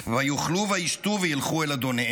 ויאכלו וישתו, וילכו אל אדניהם",